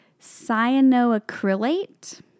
cyanoacrylate